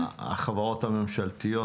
החברות הממשלתיות,